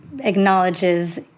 acknowledges